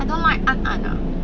I don't like 暗暗 ah